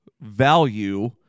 value